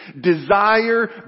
desire